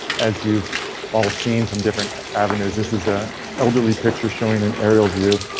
as you've all seen from different avenues, this is a elderly picture showing an aerial view.